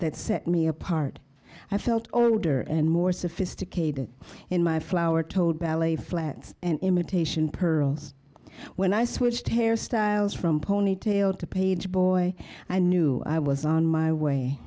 that set me apart i felt owned her and more sophisticated in my flower told ballet flats and imitation pearls when i switched hairstyles from ponytail to pageboy i knew i was on my way